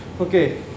okay